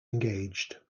engaged